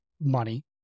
money